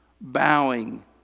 bowing